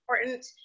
important